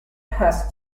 has